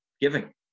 giving